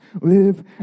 live